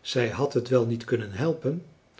zij had het wel niet kunnen helpen